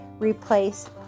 replace